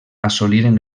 assoliren